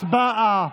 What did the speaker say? הצבעה.